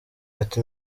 ati